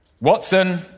Watson